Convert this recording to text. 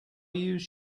use